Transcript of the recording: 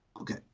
Okay